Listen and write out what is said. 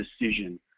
decision